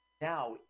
Now